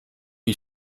wie